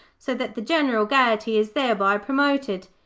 so that the general gaiety is thereby promoted.